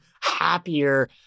happier